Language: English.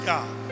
God